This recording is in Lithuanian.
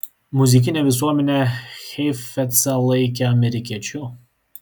muzikinė visuomenė heifetzą laikė amerikiečiu